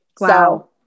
Wow